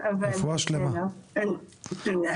תודה.